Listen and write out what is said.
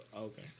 Okay